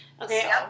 Okay